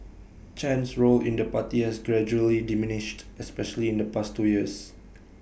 Chen's role in the party has gradually diminished especially in the past two years